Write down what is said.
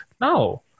No